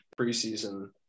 preseason